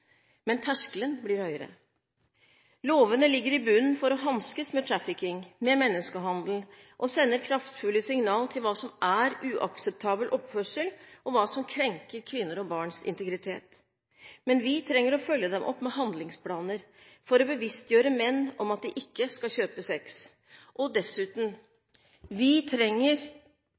Men terskelen blir høyere. Lovene ligger i bunnen for å hanskes med trafficking, med menneskehandel, og sender kraftfulle signal til hva som er uakseptabel oppførsel, og hva som krenker kvinners og barns integritet. Men vi trenger å følge dem opp med handlingsplaner for å bevisstgjøre menn om at de ikke skal kjøpe sex. Og dessuten: Vi trenger